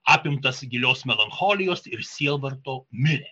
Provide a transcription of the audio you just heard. apimtas gilios melancholijos ir sielvarto mirė